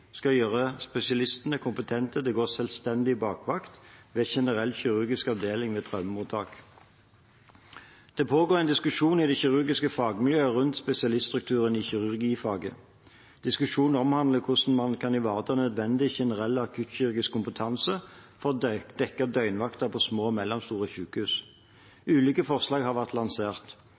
skal gjøre spesialistene kompetente til å gå selvstendig bakvakt ved generell kirurgisk avdeling med traumemottak. Det pågår en diskusjon i det kirurgiske fagmiljøet rundt spesialiststrukturen i kirurgifaget. Diskusjonen omhandler hvordan man kan ivareta nødvendig generell akuttkirurgisk kompetanse for å dekke opp døgnvakten på små og mellomstore sykehus. Ulike forslag har vært lansert.